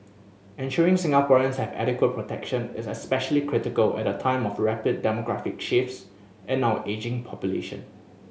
ensuring Singaporeans have adequate protection is especially critical at a time of rapid demographic shifts and our ageing population